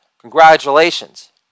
Congratulations